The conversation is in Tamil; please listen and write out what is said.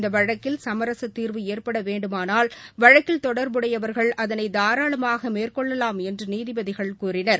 இந்த வழக்கில் சமரச தீர்வு ஏற்பட வேண்டுமானால் வழக்கில் தொடர்புடையவர்கள் அதனை தாராளமாக மேற்கொள்ளலாம் என்று நீதிபதிகள் கூறினர்